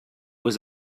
was